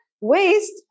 waste